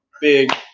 big